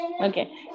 okay